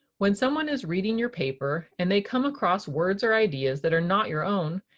when someone is reading your paper and they come across words or ideas that are not your own,